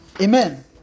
Amen